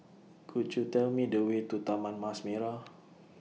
Could YOU Tell Me The Way to Taman Mas Merah